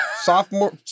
sophomore